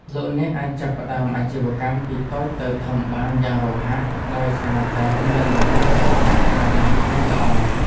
លោកអ្នកអាចចាប់ផ្តើមអាជីវកម្មពីតូចទៅធំបានយ៉ាងរហ័សដោយសារតែមានលំហូរសាច់ប្រាក់ប្រចាំថ្ងៃល្អ។